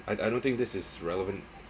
I I don't think this is relevant